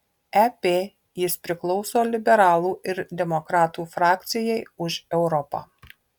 ep jis priklauso liberalų ir demokratų frakcijai už europą